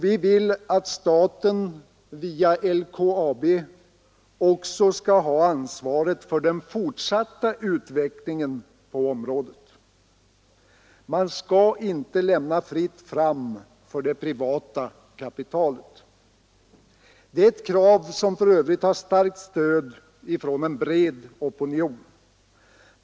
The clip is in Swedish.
Vi vill att staten via LKAB också skall ha ansvaret för den fortsatta utvecklingen på området. Man skall inte ge det privata kapitalet fritt fram. Det är för övrigt ett krav som har ett starkt stöd från en bred opinion.